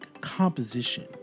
composition